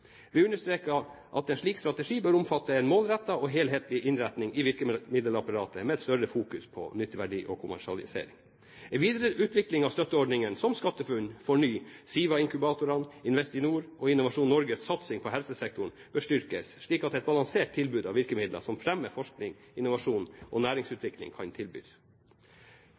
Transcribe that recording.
Vi understreket at en slik strategi bør omfatte en målrettet og helhetlig innretning i virkemiddelapparatet med et større fokus på nytteverdi og kommersialisering. En videreutvikling av støtteordninger som SkatteFUNN, FORNY, SIVA-inkubatorene, Investinor og Innovasjon Norges satsing på helsesektoren bør styrkes slik at et balansert tilbud av virkemidler som fremmer forskning, innovasjon og næringsutvikling, kan